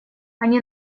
они